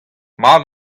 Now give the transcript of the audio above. mat